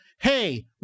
hey